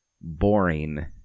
boring